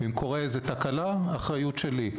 ואם קורית תקלה זאת אחריות שלי.